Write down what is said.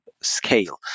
scale